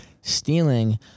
stealing